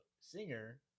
singer